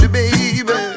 baby